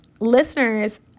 listeners